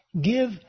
give